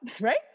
right